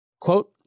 Quote